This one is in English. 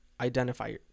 identify